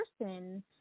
person